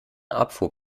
abfuhr